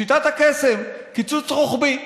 שיטת הקסם: קיצוץ רוחבי.